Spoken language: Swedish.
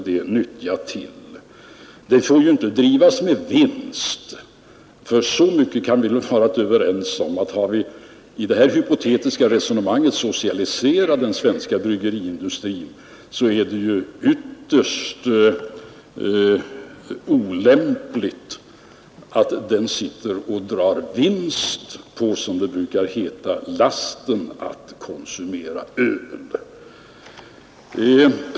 Den får ju inte drivas med vinst, för så mycket kan vi väl vara överens om i det här hypotetiska resonemanget, att har vi socialiserat den svenska bryggeriindustrin är det ytterst olämpligt att den drar vinst på, som det brukar heta, lasten att konsumera öl.